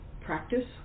practice